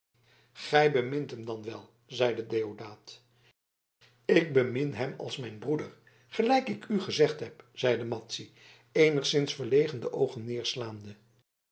gij bemint hem dan wel zeide deodaat ik bemin hem als mijn broeder gelijk ik u gezegd heb zeide madzy eenigszins verlegen de oogen